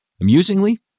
Amusingly